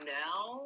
now